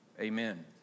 amen